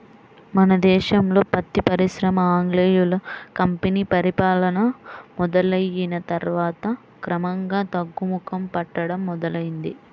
మన దేశంలో పత్తి పరిశ్రమ ఆంగ్లేయుల కంపెనీ పరిపాలన మొదలయ్యిన తర్వాత క్రమంగా తగ్గుముఖం పట్టడం మొదలైంది